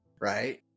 right